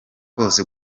bose